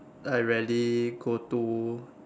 I rarely go to